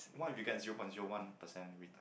what if we get zero point zero one percent with